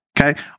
Okay